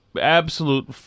absolute